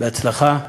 בהצלחה,